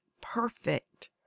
perfect